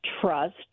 trust